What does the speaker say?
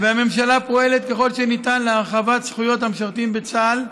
והממשלה פועלת ככל שניתן להרחבת זכויות המשרתים בצה"ל,